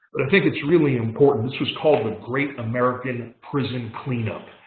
but i think it's really important. this was called the great american prison cleanup.